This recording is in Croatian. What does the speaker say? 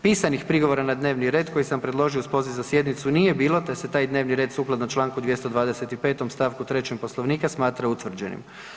Pisanih prigovora na dnevni red koji sam predložio uz poziv za sjednicu nije bilo, te se taj dnevni red sukladno čl. 225. st. 3. Poslovnika smatra utvrđenim.